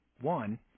One